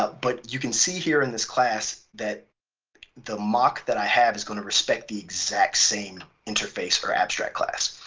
ah but you can see here in this class that the mock that i have is going to respect the exact same interface for abstract class.